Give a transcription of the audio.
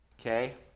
Okay